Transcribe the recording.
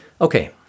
Okay